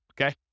Okay